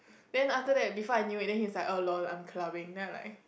then after that before I knew it then he was like oh lol I'm clubbing then I'm like